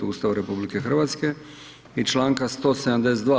Ustava RH i Članka 172.